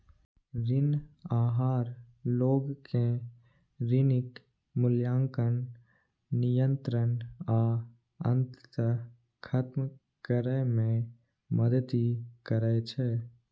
ऋण आहार लोग कें ऋणक मूल्यांकन, नियंत्रण आ अंततः खत्म करै मे मदति करै छै